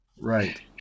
Right